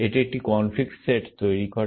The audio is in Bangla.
এটি একটি কনফ্লিক্ট সেট তৈরি করে